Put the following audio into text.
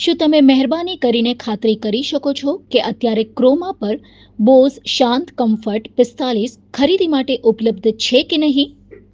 શું તમે મહેરબાની કરીને ખાતરી કરી શકો છો કે અત્યારે ક્રોમા પર બોસ શાંત કમ્ફર્ટ પિસ્તાલીસ ખરીદી માટે ઉપલબ્ધ છે કે નહીં